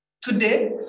Today